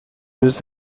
روز